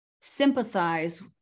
sympathize